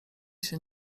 się